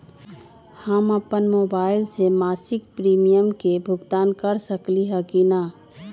हम अपन मोबाइल से मासिक प्रीमियम के भुगतान कर सकली ह की न?